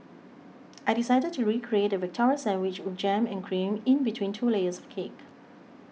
I decided to recreate the Victoria Sandwich with jam and cream in between two layers of cake